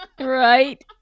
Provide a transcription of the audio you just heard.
right